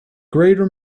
greater